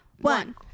one